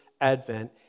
Advent